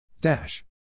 Dash